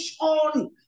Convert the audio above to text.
on